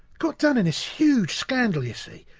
got done in this huge scandal, you see,